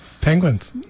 Penguins